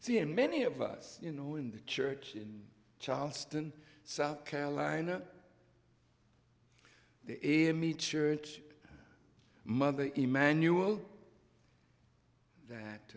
see in many of us you know in the church in charleston south carolina the church mother emmanuel that